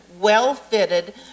well-fitted